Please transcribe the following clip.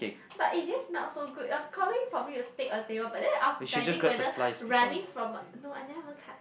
but it just not so good it was calling for me to take a table but then I was deciding whether running from no I never even cut